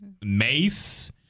Mace